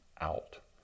out